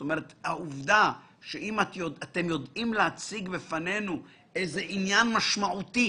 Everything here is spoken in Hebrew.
אם אתם יודעים להציג בפנינו איזה עניין משמעותי